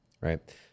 right